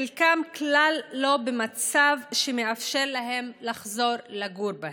חלקם כלל לא במצב שמאפשר להם לחזור לגור בהם.